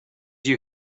you